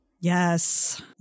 Yes